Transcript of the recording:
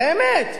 באמת,